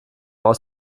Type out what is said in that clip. aus